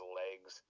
legs